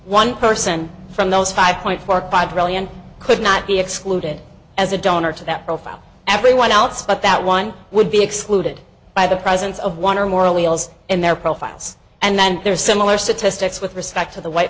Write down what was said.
one person from those five point four five million could not be excluded as a donor to that profile everyone else but that one would be excluded by the presence of one or more wheels and their profiles and then there are similar statistics with respect to the white